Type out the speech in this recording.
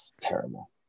Terrible